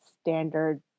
standard